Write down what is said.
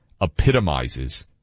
epitomizes